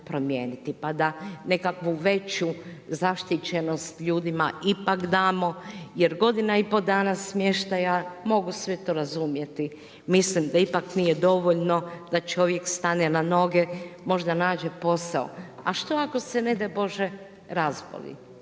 pa da nekakvu veću zaštićenost ljudima ipak damo, jer godina i pol dana smještaja, mogu sve to razumjeti. Mislim da ipak nije dovoljno da čovjek stane na noge, možda nađe posao. A što ako se ne daj Bože razboli,